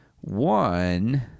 one